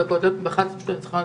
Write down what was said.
בבקשה.